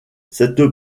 cette